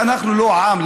שאנחנו לא עם,